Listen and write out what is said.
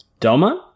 Doma